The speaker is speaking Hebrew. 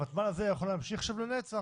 הוותמ"ל הזה יכול להמשיך לנצח.